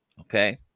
Okay